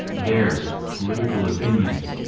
their political opinions,